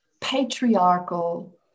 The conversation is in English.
patriarchal